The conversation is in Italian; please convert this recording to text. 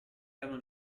erano